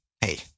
hey